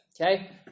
Okay